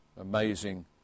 Amazing